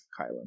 Kylan